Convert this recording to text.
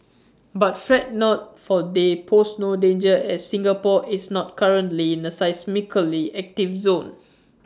but fret not for they pose no danger as Singapore is not currently in A seismically active zone